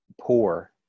poor